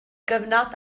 gyfnod